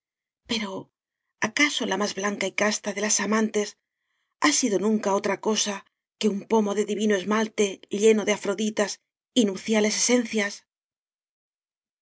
pero acaso la más blan ca y casta de las amantes ha sido nunca otra cosa que un pomo de divino esmalte lleno de afroditas y nupciales esencias